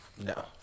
No